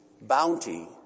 bounty